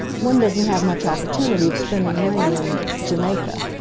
one doesn't have much opportunity of spending money in jamaica.